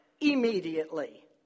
immediately